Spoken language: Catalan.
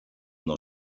nou